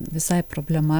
visai problema